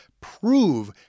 prove